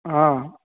हा